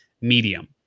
medium